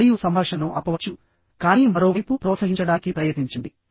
మరియు సంభాషణను ఆపవచ్చుకానీ మరోవైపు ప్రోత్సహించడానికి ప్రయత్నించండి